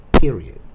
period